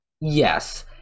Yes